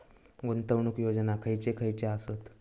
गुंतवणूक योजना खयचे खयचे आसत?